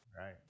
right